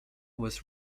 was